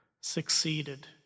succeeded